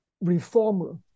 reformer